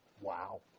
Wow